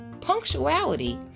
punctuality